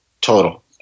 total